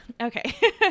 okay